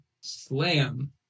slam